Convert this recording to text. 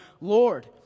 Lord